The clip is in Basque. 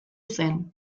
zuen